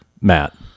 Matt